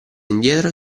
indietro